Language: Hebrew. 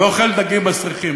ואוכל דגים מסריחים.